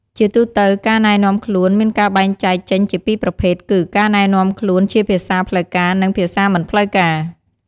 ជាទូទៅការណែនាំខ្លួនមានការបែងចែកចេញជាពីរប្រភេទគឺ ការណែនាំខ្លួនជាភាសាផ្លូវការ និងភាសាមិនផ្លូវការ។